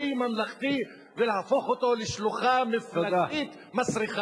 ממלכתי ולהפוך אותו לשלוחה מפלגתית מסריחה.